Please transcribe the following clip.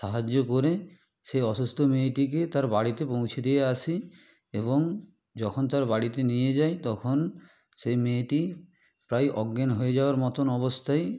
সাহায্য করে সেই অসুস্থ মেয়েটিকে তার বাড়িতে পৌঁছে দিয়ে আসি এবং যখন তার বাড়িতে নিয়ে যাই তখন সেই মেয়েটি প্রায় অজ্ঞান হয়ে যাওয়ার মতন অবস্থায়